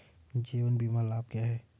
जीवन बीमा लाभ क्या हैं?